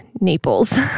Naples